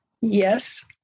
Yes